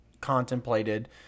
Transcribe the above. contemplated